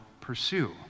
pursue